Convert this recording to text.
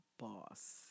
Boss